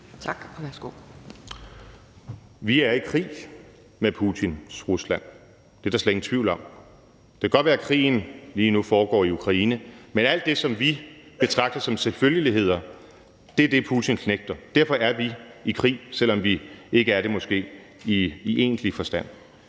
Vi er i krig med Putins Rusland; det er der slet ingen tvivl om. Det kan godt være, at krigen lige nu foregår i Ukraine, men alt det, som vi betragter som selvfølgeligheder, er det, som Putin knægter. Derfor er vi i krig, selv om vi måske ikke er det i egentlig forstand.